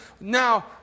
Now